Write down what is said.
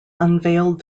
unveiled